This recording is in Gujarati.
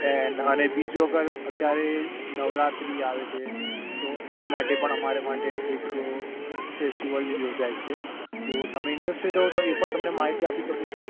એ અને બીજો અગર અત્યારે નવરાત્રિ આવે છે તો એ માટે પણ અમારે માટે એક ફેસ્ટિવલ યોજાય છે તો તમે ઈન્ટ્રેસ્ટેડ હોવ તો એ પણ તમને માહિતી આપી શકું છું